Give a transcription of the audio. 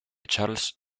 charles